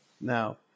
Now